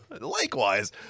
Likewise